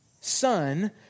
son